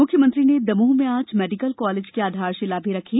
मुख्यमंत्री ने दमोह में आज मेडीकल कॉलेज की आधारशिला भी रखी